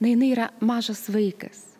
na jinai yra mažas vaikas